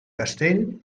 castell